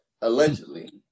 allegedly